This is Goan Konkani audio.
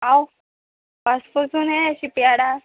हांव वास्कोसून ये शिपयार्डा